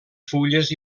fulles